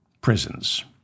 prisons